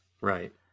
Right